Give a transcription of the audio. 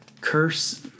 curse